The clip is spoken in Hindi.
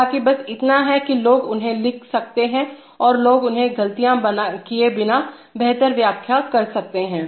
हालाँकि बस इतना है कि लोग उन्हें लिख सकते हैं और लोग उन्हें गलतियाँ किए बिना बेहतर व्याख्या कर सकते हैं